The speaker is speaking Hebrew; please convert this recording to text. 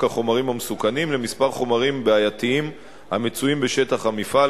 החומרים המסוכנים לכמה חומרים בעייתיים המצויים בשטח המפעל,